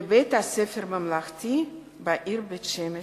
כבית-ספר ממלכתי בעיר בית-שמש.